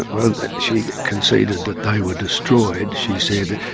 well she conceded that they were destroyed, she said,